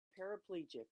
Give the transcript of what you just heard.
paraplegic